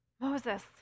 Moses